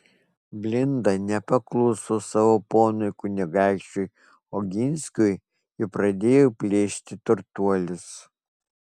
blinda nepakluso savo ponui kunigaikščiui oginskiui ir pradėjo plėšti turtuolius